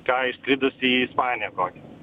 ką išskridus į ispaniją kokią